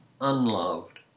unloved